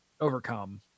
overcome